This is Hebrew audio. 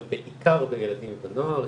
אבל בעיקר בילדים ונוער.